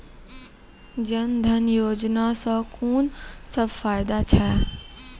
जनधन योजना सॅ कून सब फायदा छै?